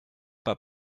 pas